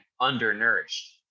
undernourished